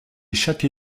chaque